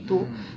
mm